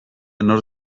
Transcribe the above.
nor